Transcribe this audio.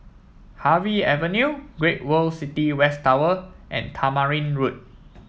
Harvey Avenue Great World City West Tower and Tamarind Road